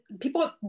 people